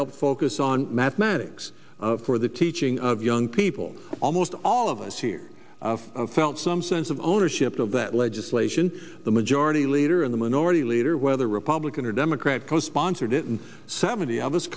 helped focus on mathematics for the teaching of young people almost all of us here felt some sense of ownership of that legislation the majority leader in the minority leader whether republican or democrat co sponsored it and seventy